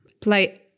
play